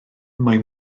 mae